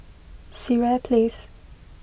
Sireh Place